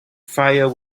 fire